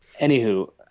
anywho